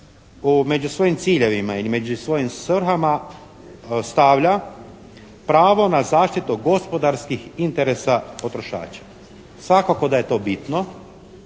među svojim ciljevima ili među svojim svrhama stavlja pravo na zaštitu gospodarskih interesa potrošača. Svakako da je to bitno,